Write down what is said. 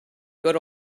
good